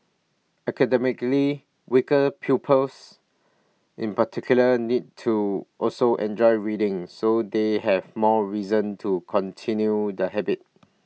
academically weaker pupils in particular need to also enjoy reading so they have more reason to continue the habit